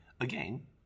Again